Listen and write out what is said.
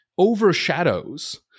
overshadows